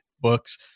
books